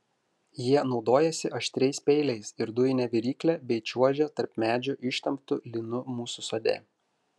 jie naudojasi aštriais peiliais ir dujine virykle bei čiuožia tarp medžių ištemptu lynu mūsų sode